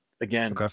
again